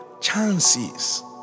chances